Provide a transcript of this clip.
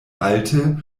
alte